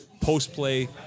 post-play